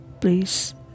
Please